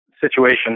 situation